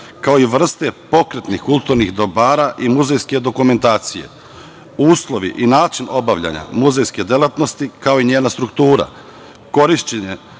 kao i vrste pokretnih kulturnih dobara i muzejske dokumentacije, uslovi i način obavljanja muzejske delatnosti kao i njena struktura, korišćenje